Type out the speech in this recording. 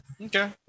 okay